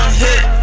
hit